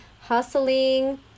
hustling